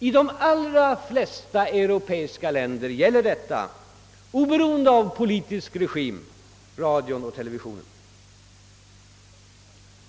I de allra flesta europeiska länder gäller detta, oberoende av politisk regim, radion och televisionen.